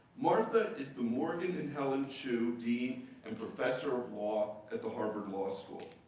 martha is the morgan and helen chu dean and professor of law at the harvard law school.